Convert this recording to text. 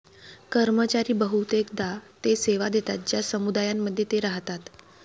कर्मचारी बहुतेकदा ते सेवा देतात ज्या समुदायांमध्ये ते राहतात